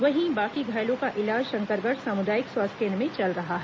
वहीं बाकी घायलों का इलाज शंकरगढ सामुदायिक स्वास्थ्य केन्द्र में चल रहा है